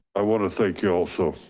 i want to thank you also.